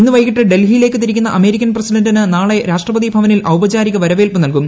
ഇന്ന് വൈകിട്ട് ഡൽഹിയിലേക്ക് തിരിക്കുന്ന അമേരിക്കൻ പ്രസിഡന്റിന് നാളെ രാഷ്ട്രപതി ഭവനിൽ ഔപചാരിക വരവേൽപ്പ് നൽകും